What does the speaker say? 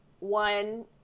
One